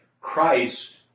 Christ